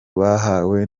bahawe